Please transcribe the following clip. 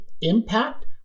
impact